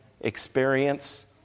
experience